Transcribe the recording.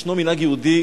ישנו מנהג יהודי: